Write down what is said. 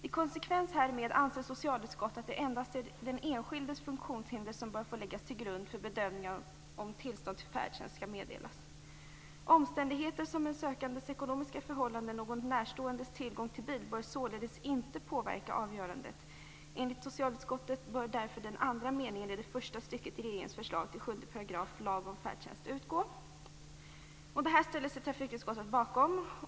I konsekvens härmed anser socialutskottet att det endast är den enskildes funktionshinder som bör få läggas till grund för bedömningen av om tillstånd till färdtjänst skall meddelas. Omständigheter som den sökandes ekonomiska förhållanden eller någon närståendes tillgång till bil bör således inte påverka avgörandet. Enligt socialutskottet bör därför den andra meningen i första stycket i regeringens förslag till 7 § lag om färdtjänst utgå." Det här ställer sig trafikutskottet bakom.